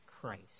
Christ